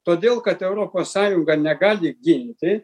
todėl kad europos sąjunga negali ginti